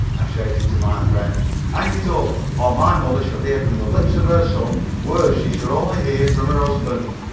i shouted to my friend hang it up, or my mother shall hear from the lips of her son words she should only hear from her husband.